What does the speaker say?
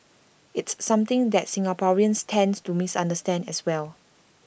it's something that Singaporeans tends to misunderstand as well